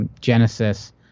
Genesis